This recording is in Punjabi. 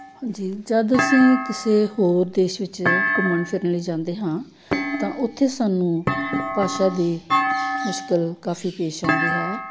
ਜੀ ਜਦ ਅਸੀਂ ਕਿਸੇ ਹੋਰ ਦੇਸ਼ ਵਿੱਚ ਘੁੰਮਣ ਫਿਰਨ ਲਈ ਜਾਂਦੇ ਹਾਂ ਤਾਂ ਉੱਥੇ ਸਾਨੂੰ ਭਾਸ਼ਾ ਦੀ ਮੁਸ਼ਕਲ ਕਾਫੀ ਪੇਸ਼ ਆਉਂਦੀ ਹੈ